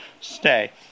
stay